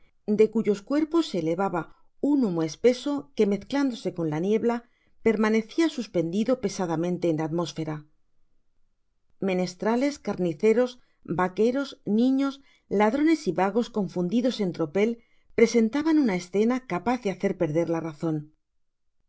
de cuyos cuerpos se elevaba un humo espeso que mezclándose con la niebla permanecia suspendido pesadamente en la atmósfera menestrales carniceros vaqueros niños ladrones y vagos confundidos en tropel presentaban una escena capaz de hacer perder la razon